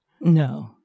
No